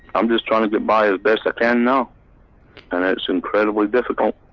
i'm just trying to get by as best i can now and it's incredibly difficult.